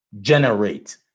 generate